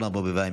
אורנה ברביבאי,